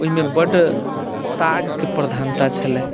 ओहिमे बड्ड सागके प्रधानता छलै